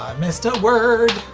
um missed a word!